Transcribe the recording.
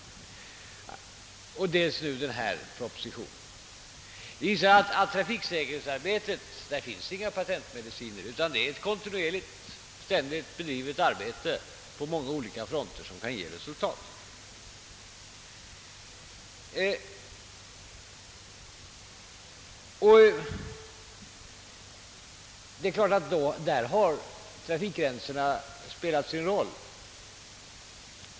Så kommer nu den här propositionen. Detta visar att det i fråga om trafiksäkerhetsarbetet inte finns några patentmediciner, utan att det är ständigt arbete på många olika områden som kan ge resultat. Det är klart att trafikhastighetsbegränsningarna härvidlag spelat en roll.